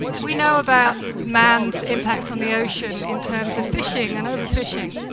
we know about man's impact on the ocean in terms of fishing and overfishing,